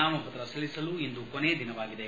ನಾಮಪತ್ರ ಸಲ್ಲಿಸಲು ಇಂದು ಕೊನೆಯ ದಿನವಾಗಿದೆ